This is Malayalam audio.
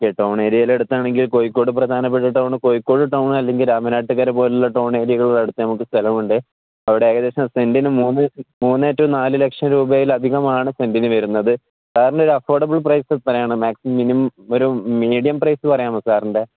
ഓക്കെ ടൗൺ ഏരിയയിലൽ എടുത്താണെങ്കിൽ കോിക്കോട് പ്രധാനപ്പെട്ട ടൗണ് കോഴോട്ടൗണ് അല്ലെിൽ രാമനാട്ടുകാര പോലുള്ള ടൗൺ ഏയകൾ അടുത്ത് നമുക്ക് സ്ഥലമുണ്ട് അവിടെ ഏകദേശം സെൻറിിന് മൂന്ന് മൂന്നേ റ്റു നാല് ലക്ഷം രൂപൽ അധികമാണ് സെന്റിിന് വെരുന്നത് സാറിൻ്റെ ഒരു അഫോർഡബിൾ പ്രൈസ് എത്രയാണ് മാക്സി മിനിമം ഒരു മീഡിയം പ്രൈസ് പറയാമോ സാറിൻ്റെ